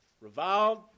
reviled